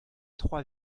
trois